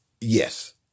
Yes